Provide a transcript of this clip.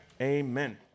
Amen